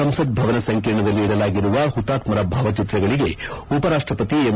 ಸಂಸತ್ ಭವನ ಸಂಕೀರ್ಣದಲ್ಲಿ ಇಡಲಾಗಿರುವ ಪುತಾತ್ಮರ ಭಾವಚಿತ್ರಗಳಿಗೆ ಉಪರಾಷ್ಟಪತಿ ಎಂ